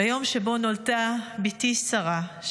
ביום שבו נולדה ביתי שרה,